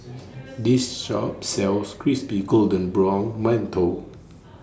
This Shop sells Crispy Golden Brown mantou